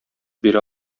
бирә